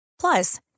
Plus